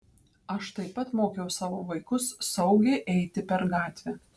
aš taip pat mokiau savo vaikus saugiai eiti per gatvę